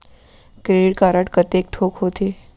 Credit card कतेक ठोक होथे?